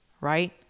right